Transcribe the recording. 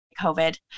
COVID